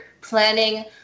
planning